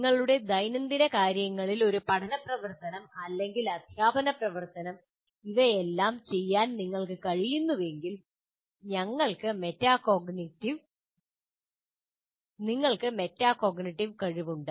നിങ്ങളുടെ ദൈനംദിന കാര്യങ്ങളിൽ ഒരു പഠന പ്രവർത്തനം അല്ലെങ്കിൽ അദ്ധ്യാപന പ്രവർത്തനം ഇവയെല്ലാം ചെയ്യാൻ നിങ്ങൾക്ക് കഴിയുന്നുവെങ്കിൽ ഞങ്ങൾക്ക് മെറ്റാകോഗ്നിറ്റീവ് കഴിവുണ്ട്